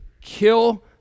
kill